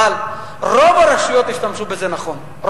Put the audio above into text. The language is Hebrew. אבל רוב הרשויות השתמשו בזה נכון,